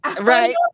Right